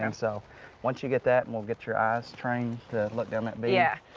and so once you get that, we'll get your eyes trained to look down that bead, yeah